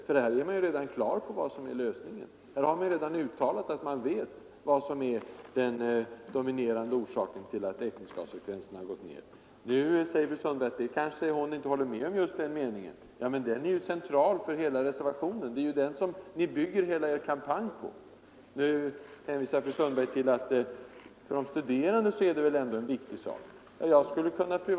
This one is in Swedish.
Där är man ju redan på det klara med lösningen. Reservanterna har redan uttalat att man vet vad som är den dominerande orsaken till att äktenskapsfrekvensen har gått ned. Visserligen sade fru Sundberg att hon inte helt instämmer med vad som sägs i den meningen, men den är central för hela reservationen. Det är ju den som ni bygger hela er kampanj på. För de studerande är studiemedlens utformning en mycket viktig orsak, sade fru Sundberg.